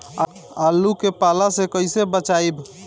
आलु के पाला से कईसे बचाईब?